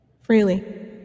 Freely